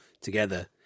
together